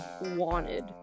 wanted